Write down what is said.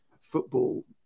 football